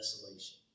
desolation